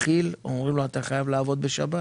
בכיל, אומרים לו: "אתה חייב לעבוד בשבת".